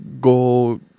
go